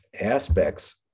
aspects